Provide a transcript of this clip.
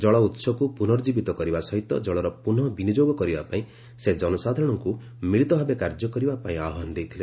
ଜଳ ଉତ୍ସକୁ ପୁନର୍ଜିବିତ କରିବା ସହିତ କଳର ପୁନଃ ବିନିଯୋଗ କରିବା ପାଇଁ ସେ ଜନସାଧାରଣଙ୍କୁ ମିଳିତ ଭାବେ କାର୍ଯ୍ୟ କରିବା ପାଇଁ ଆହ୍ୱାନ ଦେଇଥିଲେ